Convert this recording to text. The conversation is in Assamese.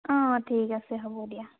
অঁ ঠিক আছে হ'ব দিয়া